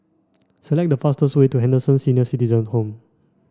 select the fastest way to Henderson Senior Citizens' Home